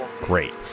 great